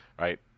right